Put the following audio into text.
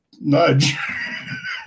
nudge